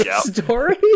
story